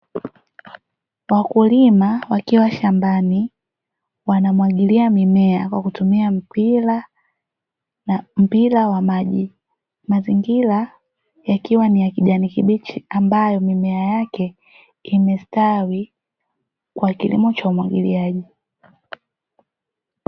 Wakulima wakiwa shambani, wanamwagilia mimea kwa kutumia mpira wa maji, mazingira yakiwa ni ya kijani kibichi ambayo mimea yake imestawi kwa kilimo cha umwagiliaji.